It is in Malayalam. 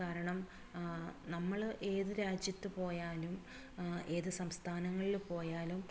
കാരണം നമ്മള് ഏത് രാജ്യത്ത് പോയാലും ഏത് സംസ്ഥാനങ്ങളിൽ പോയാലും